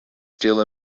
still